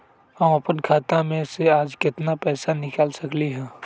हम अपन खाता में से आज केतना पैसा निकाल सकलि ह?